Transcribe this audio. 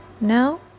now